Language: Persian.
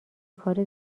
کار